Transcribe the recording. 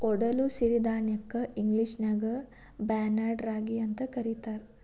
ಒಡಲು ಸಿರಿಧಾನ್ಯಕ್ಕ ಇಂಗ್ಲೇಷನ್ಯಾಗ ಬಾರ್ನ್ಯಾರ್ಡ್ ರಾಗಿ ಅಂತ ಕರೇತಾರ